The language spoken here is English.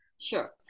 Sure